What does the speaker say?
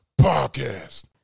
podcast